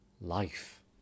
life